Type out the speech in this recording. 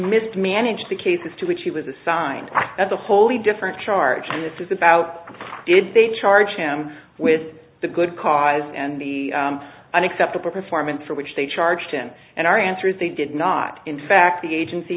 mismanaged the cases to which he was assigned as a wholly different charge and this is about did they charge him with the good cause and the unacceptable performance for which they charged him and our answer is they did not in fact the agency